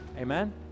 Amen